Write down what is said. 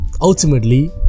ultimately